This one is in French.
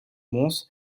mons